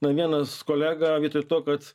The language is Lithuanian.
na vienas kolega vietoj to kad